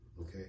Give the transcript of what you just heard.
Okay